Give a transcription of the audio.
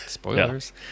Spoilers